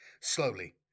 Slowly